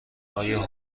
آیا